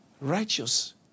Righteous